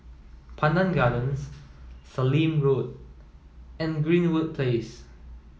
Pandan Gardens Sallim Road and Greenwood Place